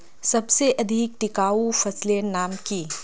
सबसे अधिक टिकाऊ फसलेर नाम की?